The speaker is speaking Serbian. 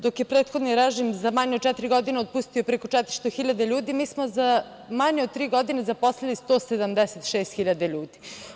Dok je prethodni režim za manje od četiri godine otpustio preko 400 hiljada ljudi, mi smo za manje od tri godine zaposlili 176 hiljada ljudi.